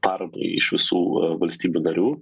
paramai iš visų valstybių narių